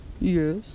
Yes